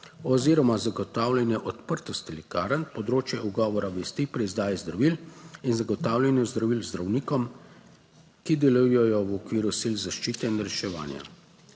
oziroma zagotavljanje odprtosti lekarn, področje ugovora vesti pri izdaji zdravil in zagotavljanja zdravil zdravnikom. Ki delujejo v okviru sil zaščite in reševanja.